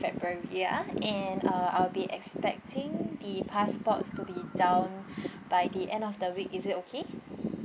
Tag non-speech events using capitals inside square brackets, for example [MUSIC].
february ah and uh I'll be expecting the passports to be down [BREATH] by the end of the week is it okay